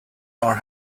our